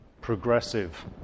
progressive